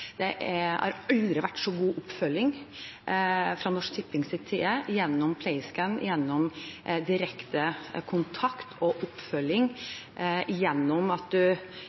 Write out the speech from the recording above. Det har aldri vært så god oppfølging fra Norsk Tippings side gjennom Playscan, gjennom direkte kontakt og oppfølging, gjennom at